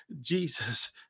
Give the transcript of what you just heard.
Jesus